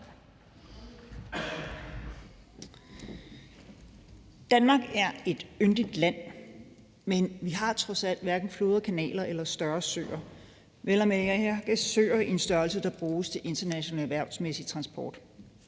Danmark er et yndigt land, men vi har trods alt hverken floder, kanaler eller større søer, vel at mærke søer i en størrelse, der bruges til international erhvervsmæssig transport.